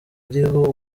uriho